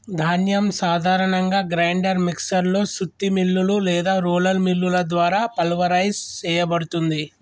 ధాన్యం సాధారణంగా grinder mixer లో సుత్తి మిల్లులు లేదా రోలర్ మిల్లుల ద్వారా పల్వరైజ్ సేయబడుతుంది